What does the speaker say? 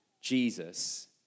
Jesus